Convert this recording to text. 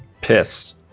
Piss